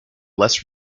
less